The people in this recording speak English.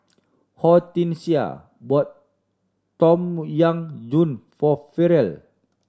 Hortensia bought Tom Yam Goong for Ferrell